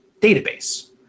database